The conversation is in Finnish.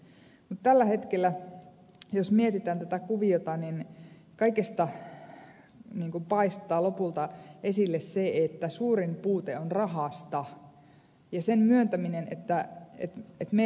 mutta tällä hetkellä jos mietitään tätä kuviota kaikesta paistaa lopulta esille se että suurin puute on rahasta ja sen myöntämisestä että meillä ei ole resursseja